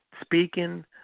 speaking